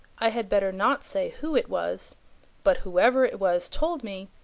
i had better not say who it was but whoever it was told me,